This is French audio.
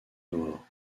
noir